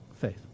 faith